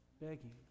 begging